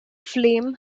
flame